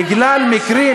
בגלל מקרים